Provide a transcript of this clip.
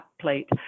plate